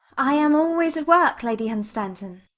i am always at work, lady hunstanton.